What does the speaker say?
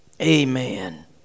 Amen